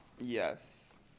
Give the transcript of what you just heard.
Yes